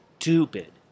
stupid